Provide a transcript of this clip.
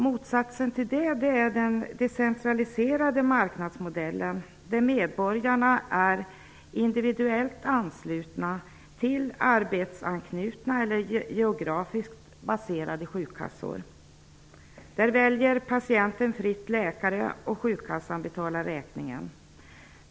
Motsatsen till det är den decentraliserade marknadsmodellen, där medborgarna är individuellt anslutna till arbetsanknutna eller geografiskt baserade sjukkassor. Där väljer patienten fritt läkare, och sjukkassan betalar räkningen.